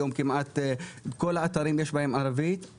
היום כמעט בכל האתרים יש בהם ערבית,